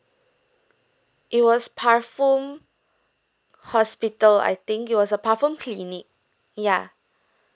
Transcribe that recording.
it was hospital I think it was a clinic yeah